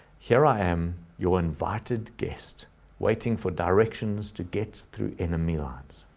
here i am, you're invited guest waiting for directions to get through enemy lines.